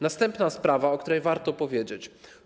Następna sprawa, o której warto powiedzieć.